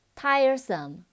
tiresome